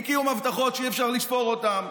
אי-קיום הבטחות שאי-אפשר לספור אותן.